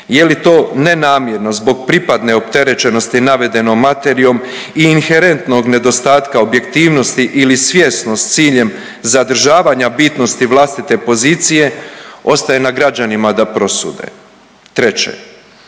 Je li to nenamjerno zbog pripadne opterećenosti navedenom materijom i inherentnog nedostatka objektivnosti ili svjesno s ciljem zadržavanja bitnosti vlastite pozicije ostaje na građanima da prosude. Treće,